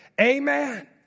Amen